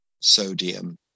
sodium